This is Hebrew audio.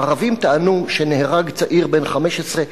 הערבים טענו שנהרג צעיר בן 15,